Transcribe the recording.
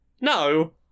no